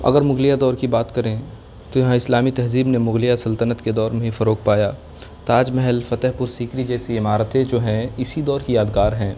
اگر مغلیہ دور کی بات کریں تو یہاں اسلامی تہذیب نے مغلیہ سلطنت کے دور میں ہی فروغ پایا تاج محل فتح پور سیکری جیسی عمارتیں جو ہیں اسی دور کی یادگار ہیں